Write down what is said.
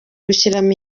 gushyiramo